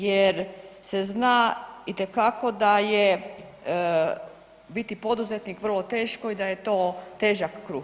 Jer se zna itekako da je biti poduzetnik vrlo teško i da je to težak kruh.